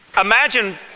imagine